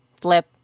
flip